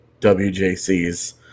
WJCs